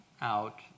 out